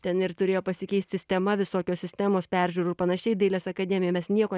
ten ir turėjo pasikeist sistema visokios sistemos peržiūrų ir panašiai dailės akademijoj mes nieko